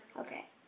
Okay